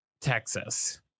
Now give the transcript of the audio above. Texas